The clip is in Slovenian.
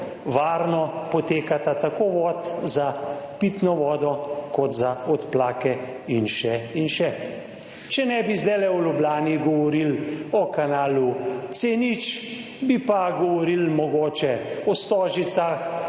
varno potekata tako vod za pitno vodo kot za odplake in še in še? Če ne bi zdajle v Ljubljani govorili o kanalu C0, bi pa govorili mogoče o Stožicah,